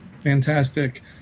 Fantastic